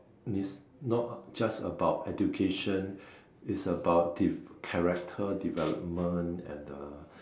is not just about education is about dev character development and uh